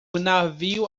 navio